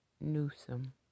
Newsom